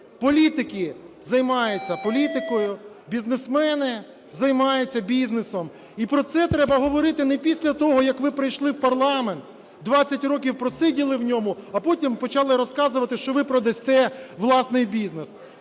Політики займаються політикою, бізнесмени займаються бізнесом. І про це треба говорити не після того, як ви прийшли в парламент, 20 років просиділи в ньому, а потім почали розказувати, що ви продасте власний бізнес.